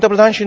पंतप्रधान श्री